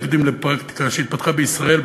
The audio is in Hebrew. לפרקטיקה שהתפתחה בישראל,